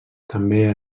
també